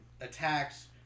attacks